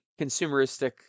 consumeristic